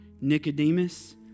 Nicodemus